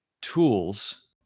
tools